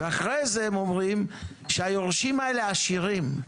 ואחרי זה הם אומרים שהיורשים האלה עשירים,